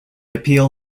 appeal